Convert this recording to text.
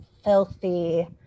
filthy